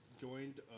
Joined